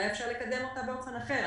אולי אפשר לקדם אותה באופן אחר.